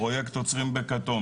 פרויקט: עוצרים בכתום,